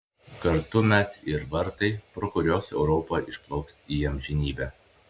kartu mes ir vartai pro kuriuos europa išplauks į amžinybę